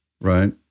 right